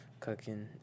cooking